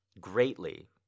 greatly